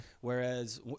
Whereas